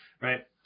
right